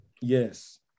Yes